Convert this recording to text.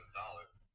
dollars